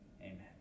Amen